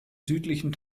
südlichen